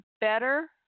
better